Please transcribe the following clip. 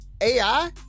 ai